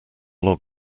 log